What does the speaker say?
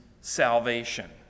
salvation